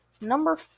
Number